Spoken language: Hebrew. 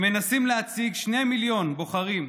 הם מנסים להציג שני מיליון בוחרים,